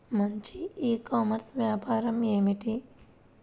మంచి e commerce వ్యాపారం ఏమిటీ?